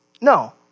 No